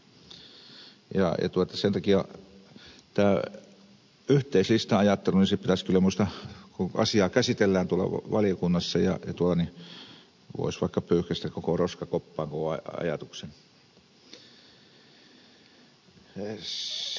sen takia tämä yhteislista ajattelu pitäisi minusta kyllä kun asiaa käsitellään tuolla valiokunnassa pyyhkäistä roskakoppaan koko ajatus